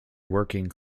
working